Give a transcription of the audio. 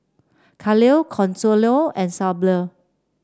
Khalil Consuelo and